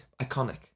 iconic